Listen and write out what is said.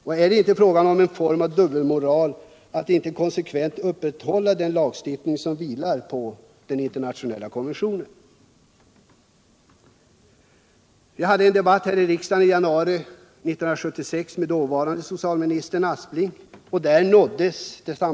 Att det inte är fråga om en form av dubbelmoral att inte konsekvent upprätthålla den lagstiftning som vilar på den internationella konventionen. Därmed har vi förpliktat oss att behålla någon form av kriminalisering av olaga innehav av narkotika. Är det inte fråga om en form av dubbelmoral att inte konsekvent upprätthålla den lagstiftning som vilar på den internationella konventionen? Jag förde en debatt här i riksdagen i januari 1976 med dåvarande socialministern Aspling.